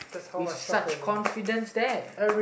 with such confidence there